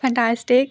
fantastic